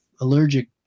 allergic